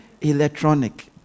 Electronic